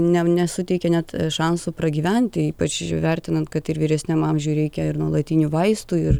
ne nesuteikia net šansų pragyventi ypač įvertinant kad ir vyresniam amžiui reikia ir nuolatinių vaistų ir